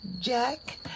Jack